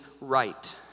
right